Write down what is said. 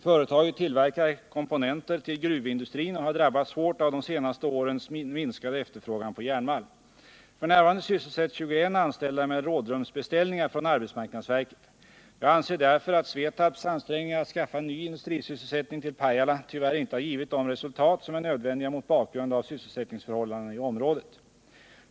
Företaget tillverkar komponenter till gruvindustrin och har drabbats hårt av de senaste årens minskade efterfrågan på järnmalm. F. n. sysselsätts 21 anställda med rådrumsbeställningar från arbetsmarknadsverket. Jag anser därför att Svetabs ansträngningar att skaffa ny industrisysselsättning till Pajala tyvärr inte har givit de resultat som är nödvändiga mot bakgrund av sysselsättningsförhållandena i området.